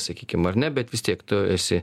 sakykim ar ne bet vis tiek tu esi